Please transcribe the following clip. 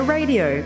Radio